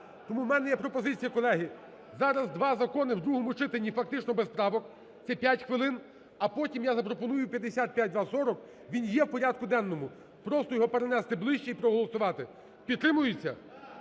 Тому у мене є пропозиція, колеги. Зараз два закони в другому читанні фактично без правок, це 5 хвилин. А потім я запропоную 5240, він є в порядок денному, просто його перенести ближче і проголосувати. Підтримується?